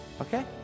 Okay